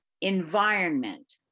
environment